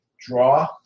Draw